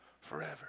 forever